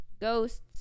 ghosts